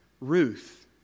Ruth